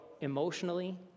emotionally